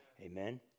Amen